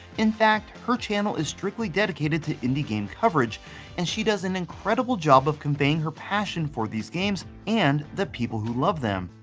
in fact, her channel is strictly dedicated to indie game coverage and she does an incredible job conveying her passion for these games and the people who love them.